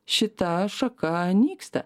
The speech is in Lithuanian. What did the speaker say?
šita šaka nyksta